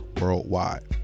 worldwide